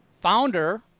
founder